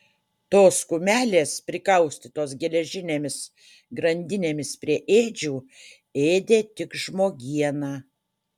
tos kumelės prikaustytos geležinėmis grandinėmis prie ėdžių ėdė tik žmogieną